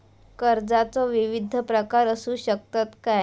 कर्जाचो विविध प्रकार असु शकतत काय?